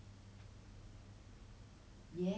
but how much did he take more than that